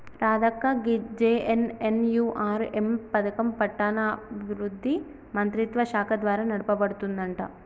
రాధక్క గీ జె.ఎన్.ఎన్.యు.ఆర్.ఎం పథకం పట్టణాభివృద్ధి మంత్రిత్వ శాఖ ద్వారా నడపబడుతుందంట